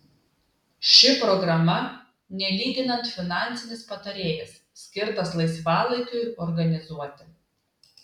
ši programa nelyginant finansinis patarėjas skirtas laisvalaikiui organizuoti